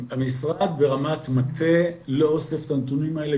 המשרד ברמת מטה לא אוסף את הנתונים האלה